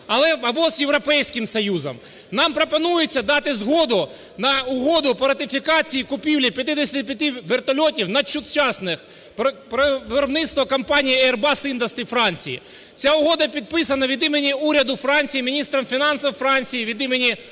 або з Європейським Союзом. Нам пропонується дати згоду на Угоду про ратифікацію купівлі 55 вертольотів надсучасних виробництва компанії Airbus Іndustrie Франції. Ця угода підписана від імені Уряду Франції міністром фінансів Франції від імені